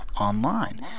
online